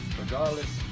regardless